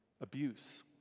abuse